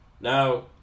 Now